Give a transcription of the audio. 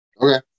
Okay